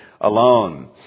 alone